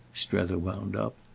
strether wound up.